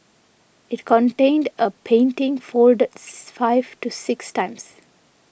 it contained a painting folded five to six times